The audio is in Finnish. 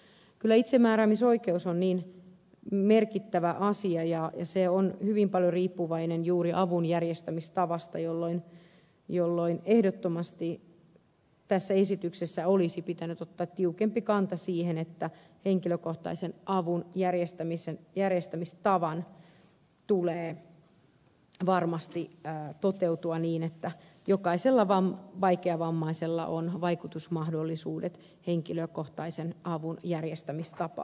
kyllä itsemääräämisoikeus on niin merkittävä asia ja hyvin paljon riippuvainen juuri avun järjestämistavasta että ehdottomasti tässä esityksessä olisi pitänyt ottaa tiukempi kanta siihen että henkilökohtaisen avun järjestämistavan tulee varmasti toteutua niin että jokaisella vaikeavammaisella on vaikutusmahdollisuudet henkilökohtaisen avun järjestämistapaan